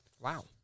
wow